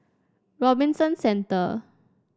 Robinson Centre